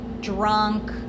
drunk